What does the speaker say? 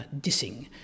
dissing